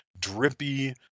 drippy